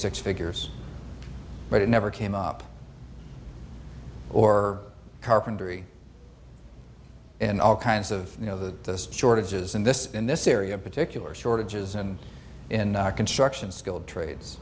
six figures but it never came up or carpentry in all kinds of you know the shortages in this in this area particular shortages and in construction skilled trades